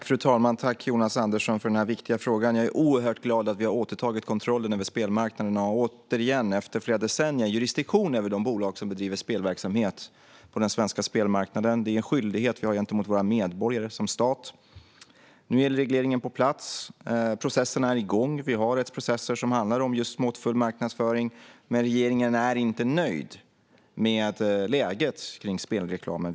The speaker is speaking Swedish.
Fru talman! Tack, Jonas Andersson, för denna viktiga fråga! Jag är oerhört glad att vi har återtagit kontrollen över spelmarknaden och att vi återigen, efter flera decennier, har jurisdiktion över de bolag som bedriver spelverksamhet på den svenska spelmarknaden. Det är en skyldighet vi har gentemot våra medborgare som stat. Nu är regleringen på plats, och processen är igång. Vi har rättsprocesser som handlar om just måttfull marknadsföring. Men regeringen är inte nöjd med läget i spelreklamen.